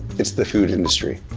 it's the food industry.